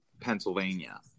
Pennsylvania